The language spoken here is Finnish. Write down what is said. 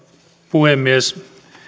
puhemies